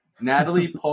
Natalie